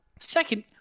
second